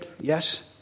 Yes